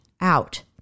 out